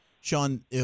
Sean